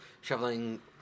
shoveling